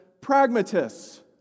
pragmatists